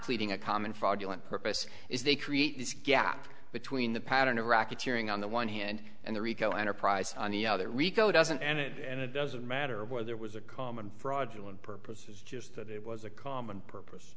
pleading a common fraudulent purpose is they create this gap between the pattern of racketeering on the one hand and the rico enterprise on the other rico doesn't and it doesn't matter whether there was a common fraudulent purposes just that it was a common purpose